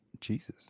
Jesus